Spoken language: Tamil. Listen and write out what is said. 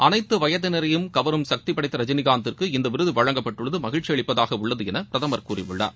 அனைத்து வயதினரையும் கவரும் சக்தி படைத்த ரஜிளிகாந்திற்கு இந்த விருது வழங்கப்பட்டுள்ளது மகிழ்ச்சி அளிப்பதாக உள்ளது என பிரதமர் கூறியுள்ளார்